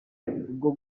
ubwo